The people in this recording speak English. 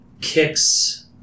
kicks